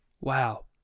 Wow